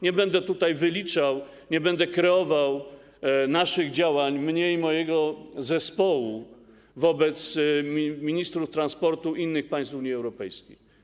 Nie będę tutaj wyliczał, nie będę kreował naszych działań, moich i mojego zespołu, wobec ministrów transportu innych państw Unii Europejskiej.